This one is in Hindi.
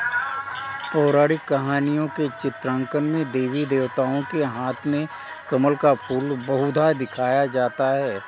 पौराणिक कहानियों के चित्रांकन में देवी देवताओं के हाथ में कमल का फूल बहुधा दिखाया जाता है